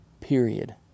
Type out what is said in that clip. period